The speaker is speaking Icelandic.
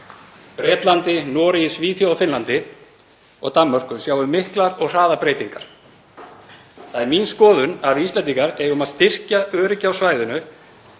Bretlandi, Noregi, Svíþjóð, Finnlandi og Danmörku sjáum við miklar og hraðar breytingar. Það er mín skoðun að við Íslendingar eigum að styrkja öryggi á svæðinu